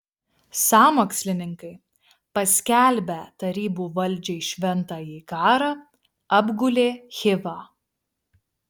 sąmokslininkai paskelbę tarybų valdžiai šventąjį karą apgulė chivą